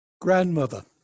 Grandmother